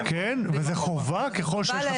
זאת חובה ככל שיש מערכת.